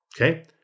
okay